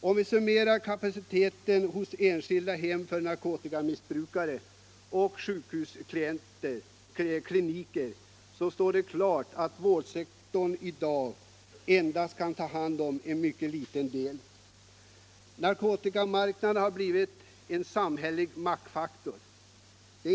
Om vi summerar kapaciteten vid enskilda hem för narkotikamissbrukare och vid sjukhuskliniker står det klart att vårdsektorn i dag endast kan ta hand om en liten del. Narkotikamarknaden har blivit en samhällelig maktfaktor.